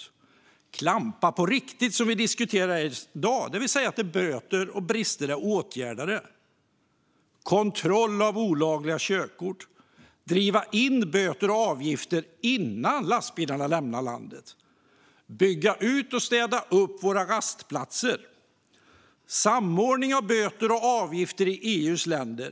Man borde ha klampat på riktigt, som vi diskuterar här i dag, det vill säga till dess att böter är betalade eller brister åtgärdade. Man borde ha genomfört kontroller av olagliga körkort, och man borde ha drivit in böter och avgifter innan lastbilarna lämnar landet. Man borde ha byggt ut och städat upp våra rastplatser. Man borde ha åstadkommit samordning av böter och avgifter i EU:s länder.